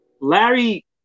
Larry